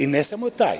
I ne samo taj.